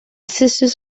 sisters